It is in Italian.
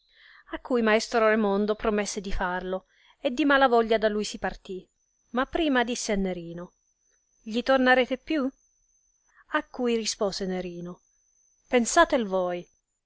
a cui maestro raimondo promesse di farlo e di mala voglia da lui si partì ma prima disse a nerino gli tornarete più a cui rispose nerino pensatel voi